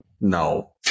no